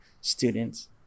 students